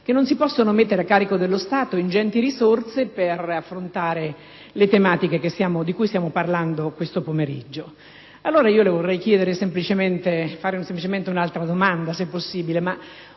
che non si possono mettere a carico dello Stato ingenti risorse per affrontare le tematiche di cui stiamo parlando questo pomeriggio. Le vorrei allora chiedere semplicemente, se possibile: